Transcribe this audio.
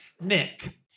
Nick